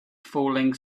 falling